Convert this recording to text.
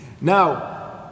Now